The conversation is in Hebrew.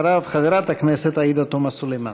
אחריו, חברת הכנסת עאידה תומא סלימאן.